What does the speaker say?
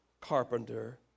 carpenter